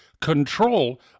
control